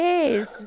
Yes